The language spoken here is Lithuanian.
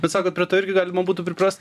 bet sakot prie to irgi galima būtų priprast